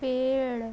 पेड़